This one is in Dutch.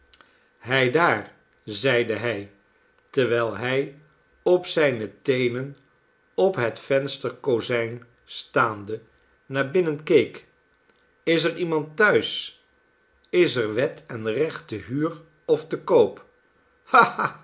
aardigheidaar zeide hij terwijl hij op zijne teenen op het vensterkozijn staande naar binnen keek is er iemand thuis is er wet en recht te huur of te koop